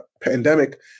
pandemic